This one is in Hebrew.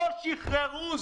לא שחררו.